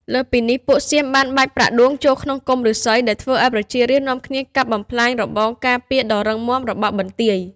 លើសពីនេះ ពួកសៀមបានបាចប្រាក់ដួងចូលក្នុងគុម្ពឫស្សី ដែលធ្វើឱ្យប្រជារាស្ត្រនាំគ្នាកាប់បំផ្លាញរបងការពារដ៏រឹងមាំរបស់បន្ទាយ។